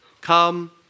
Come